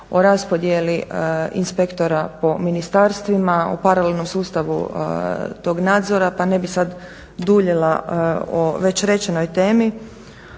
o raspodjeli inspektora po ministarstvima, o paralelnom sustavu tog nadzora pa ne bi sad duljila o već rečenoj temi.